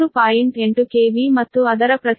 8 KV ಮತ್ತು ಅದರ ಪ್ರತಿಕ್ರಿಯಾತ್ಮಕತೆ 0